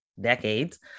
decades